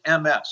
MS